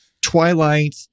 Twilight